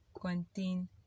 contain